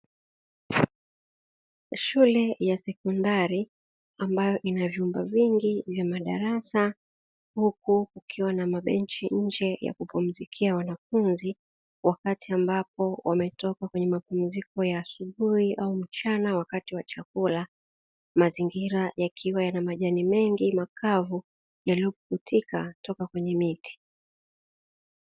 Shule ya sekondari ambayo ina vyumba vingi vya madarasa huku kukiwa na mabenchi nje ya kupumzikia wanafunzi wakati, ambapo wametoka kwenye mapumziko ya asubuhi au mchana wakati wa chakula mazingira yakiwa yana majani mengi makavu yaliyo puputika toka kwenye miti.